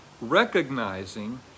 recognizing